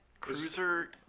Cruiser